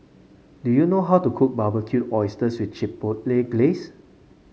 do you know how to cook Barbecued Oysters with Chipotle Glaze